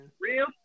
Real